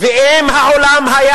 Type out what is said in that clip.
ואם העולם היה